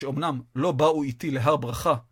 שאומנם לא באו איתי להר ברכה.